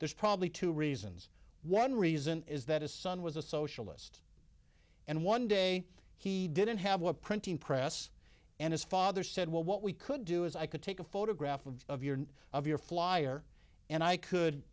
there's probably two reasons one reason is that his son was a socialist and one day he didn't have a printing press and his father said well what we could do is i could take a photograph of of your of your flyer and i could